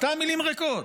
סתם מילים ריקות.